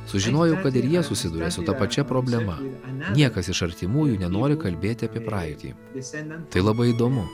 sužinojau kad ir jie susiduria su ta pačia problema niekas iš artimųjų nenori kalbėti apie praeitį tai labai įdomu